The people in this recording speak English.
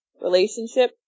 Relationship